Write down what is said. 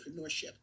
entrepreneurship